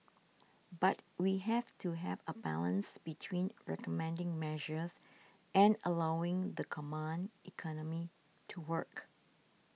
but we have to have a balance between recommending measures and allowing the command economy to work